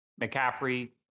McCaffrey